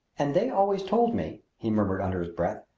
and they always told me, he murmured under his breath,